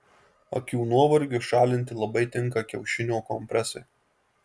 akių nuovargiui šalinti labai tinka kiaušinio kompresai